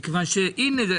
מכיוון שהנה,